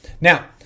Now